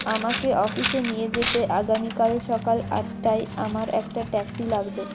আমাকে অফিসে নিয়ে যেতে আগামীকাল সকাল আটটায় আমার একটা ট্যাক্সি লাগবে